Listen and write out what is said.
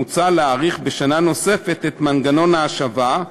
מוצע להאריך בשנה נוספת את מנגנון ההשבה,